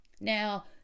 now